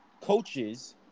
coaches